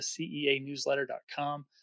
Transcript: ceanewsletter.com